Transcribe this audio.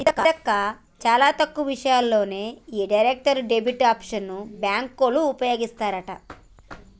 సీతక్క చాలా తక్కువ విషయాల్లోనే ఈ డైరెక్ట్ డెబిట్ ఆప్షన్ బ్యాంకోళ్ళు ఉపయోగిస్తారట